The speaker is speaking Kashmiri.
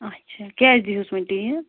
اچھا کیٛازِ دِیٖہُس وۅنۍ ٹیٖن